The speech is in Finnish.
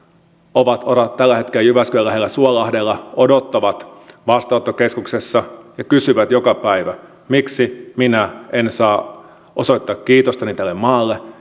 ovat ovat tällä hetkellä jyväskylän lähellä suolahdella odottavat vastaanottokeskuksessa ja kysyvät joka päivä miksi minä en saa osoittaa kiitostani tälle maalle